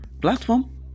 platform